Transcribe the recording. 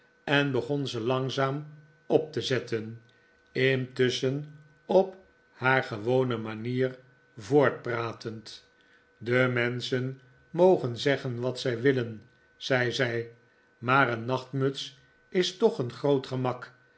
en begon ze langzaam op te zetten intusschen op haar gewone manier voortpratend de menschen mogen zeggen wat zij willen zei zij maar een nachtmuts is toch een groot gemak